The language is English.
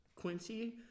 Quincy